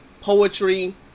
poetry